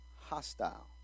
hostile